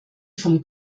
vom